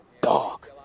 dog